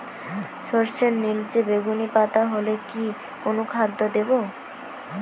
সরর্ষের নিলচে বেগুনি পাতা হলে কি অনুখাদ্য দেবো?